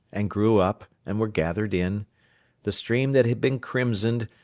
and grew up, and were gathered in the stream that had been crimsoned,